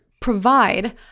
provide